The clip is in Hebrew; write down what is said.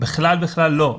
בכלל בכלל לא.